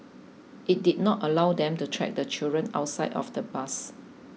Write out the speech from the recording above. it did not allow them to track the children outside of the bus